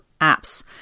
apps